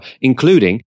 including